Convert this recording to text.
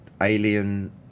alien